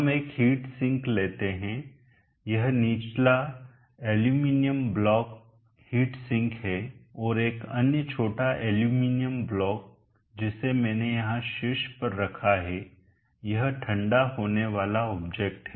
हम एक heat sink लेते हैं यह निचला एल्यूमीनियम ब्लॉक हीट सिंक है और एक अन्य छोटा एल्यूमीनियम ब्लॉक जिसे मैंने यहां शीर्ष पर रखा हैयह ठंडा होने वाला ऑब्जेक्ट है